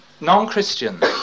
non-Christian